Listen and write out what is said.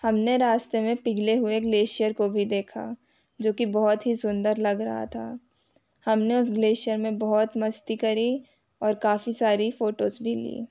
हम ने रास्ते में पिघले हुए ग्लेशियर को भी देखा जो कि बहुत ही सुंदर लग रहा था हम ने उस ग्लेशियर में बहुत मस्ती करी और काफ़ी सारी फ़ोटोज़ भी ली